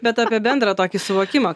bet apie bendrą tokį suvokimą